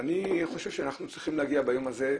אני חושב שאנחנו צריכים להגיע ביום הזה,